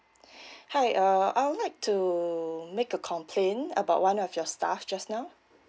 hi uh I would like to make a complaint about one of your staff just now